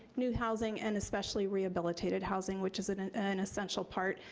new housing, and especially rehabilitated housing, which is an an essential part.